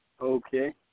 okay